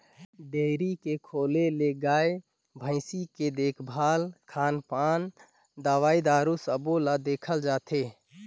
dairy के खोले ले गाय, भइसी के देखभाल, खान पान, दवई दारू सबो ल देखल जाथे